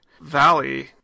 Valley